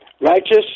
righteous